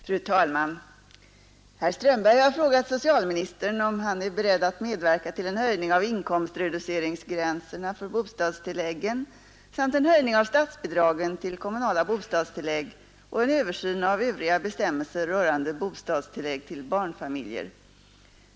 Fru talman! Herr Strömberg har frågat socialministern om han är beredd att medverka till en höjning av inkomstreduceringsgränserna för bostadstilläggen samt en höjning av statsbidragen till kommunala bostadstillägg och en översyn av övriga bestämmelser rörande bostadstillägg till barnfamiljer.